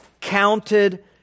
counted